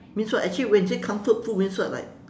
means what actually when you say comfort food means what like